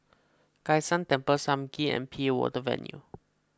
Kai San Temple Sam Kee and P A Water Venture